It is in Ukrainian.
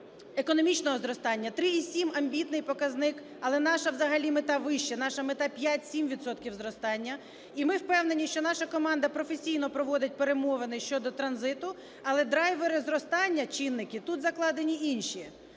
економічного зростання. 3,7 – амбітний показник. Але наша взагалі мета вище, наша мета – 5-7 відсотків зростання. І ми впевнені, що наша команда професійно проводить перемовини щодо транзиту. Але драйвери зростання, чинники, тут закладені інші.